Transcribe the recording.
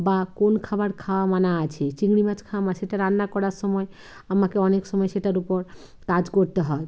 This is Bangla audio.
বা কোন খাবার খাওয়া মানা আছে চিংড়ি মাছ খাওয়া মাছেরটা রান্না করার সময় আমাকে অনেক সময় সেটার ওপর কাজ করতে হয়